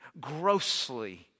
Grossly